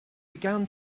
began